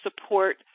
support